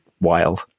wild